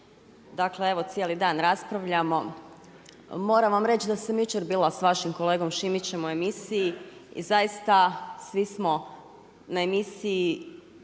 dakle evo cijeli dan raspravljamo, moram vam reć da sam jučer bila s vašim kolegom Šimićem u emisiji i zaista svi smo na emisiji